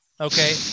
okay